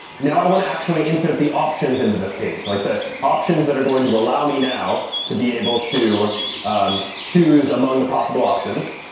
now i want to actually insert the options into this page, like the options that are going to allow me now to be able to choose among the possible options.